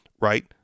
right